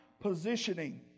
positioning